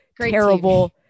terrible